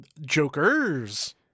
Jokers